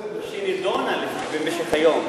שנדונה במשך היום.